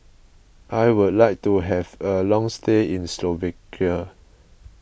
I would like to have a long stay in Slovakia